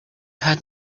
had